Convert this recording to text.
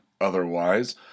otherwise